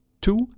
two